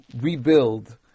rebuild